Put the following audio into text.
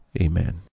Amen